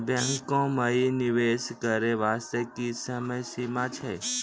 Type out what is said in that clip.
बैंको माई निवेश करे बास्ते की समय सीमा छै?